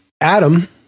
Adam